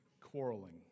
quarreling